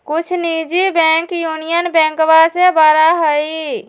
कुछ निजी bank union बैंकवा से बड़ा हई